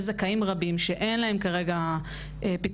יש זכאים רבים שאין להם כרגע פתרונות,